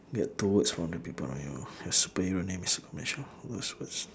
get two words from the people around you your superhero name is a combination of those words